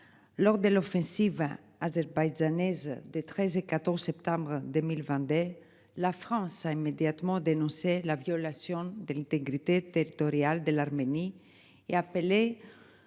Lors de l'offensive hein azerbaïdjanaise de 13 et 14 septembre 2022. La France a immédiatement dénoncé la violation de l'intégrité territoriale de l'Arménie et appelé.